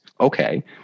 Okay